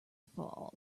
fall